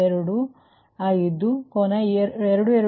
04725 ಕೋನ 221